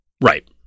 Right